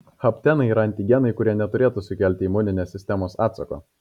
haptenai yra antigenai kurie neturėtų sukelti imuninės sistemos atsako